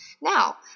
Now